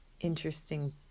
interesting